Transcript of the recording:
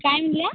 काय म्हणाल्या